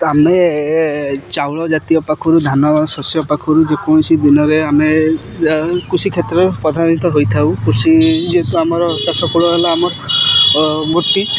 ତ ଆମେ ଚାଉଳ ଜାତୀୟ ପାଖରୁ ଧାନ ଶସ୍ୟ ପାଖରୁ ଯେକୌଣସି ଦିନରେ ଆମେ କୃଷି କ୍ଷେତ୍ରରେ ପ୍ରଧାନିତ ହୋଇଥାଉ କୃଷି ଯେହେତୁ ଆମର ଚାଷକୂଳ ହେଲା ଆମର ମୂର୍ତ୍ତି